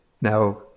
now